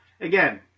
Again